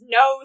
no